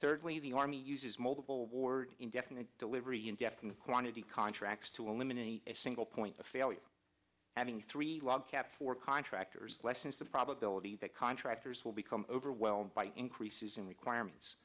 the army uses multiple ward indefinite delivery indefinite quantity contracts to eliminate a single point of failure having three log kept for contractors lessens the probability that contractors will become overwhelmed by increases in requirements